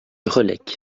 relecq